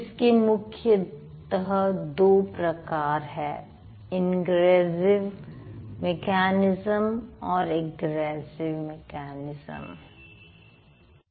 इसके मुख्यतः दो प्रकार हैं इंग्रेसिव मेकैनिज्म और अग्रेसिव मेकैनिज्म egressive mechanism